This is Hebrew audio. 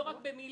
לא רק במילים.